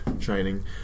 training